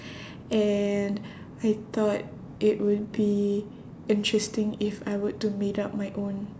and I thought it would be interesting if I were to made up my own